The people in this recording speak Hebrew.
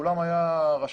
ובכולן היה רשום